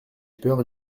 peur